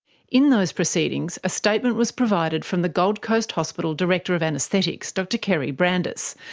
in those proceedings, a statement was provided from the gold coast hospital director of anaesthetics, dr kerry brandis,